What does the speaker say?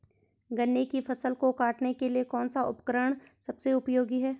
गन्ने की फसल को काटने के लिए कौन सा उपकरण सबसे उपयोगी है?